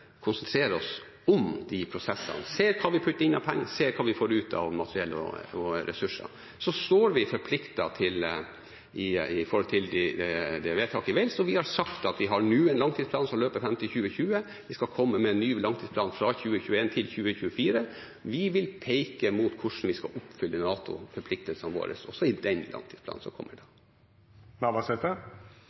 oss om de prosessene – ser hva vi putter inn av penger, ser hva vi får ut av materiell og ressurser. Så er vi forpliktet til det vedtaket i Wales, og vi har sagt at vi nå har en langtidsplan som løper fram til 2020. Vi skal komme med en ny langtidsplan fra 2021 til 2024. Vi vil peke mot hvordan vi skal oppfylle NATO-forpliktelsene våre, også i den langtidsplanen som kommer